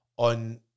on